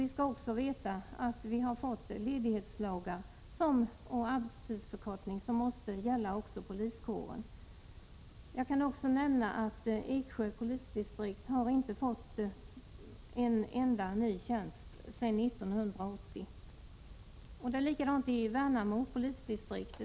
Vi skall också veta att vi har fått ledighetslagar och arbetstidsförkortning som måste gälla även poliskåren. Jag kan också nämna att Eksjö polisdistrikt inte har fått en enda ny tjänst sedan 1980. Det är likadant i Värnamo polisdistrikt.